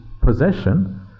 possession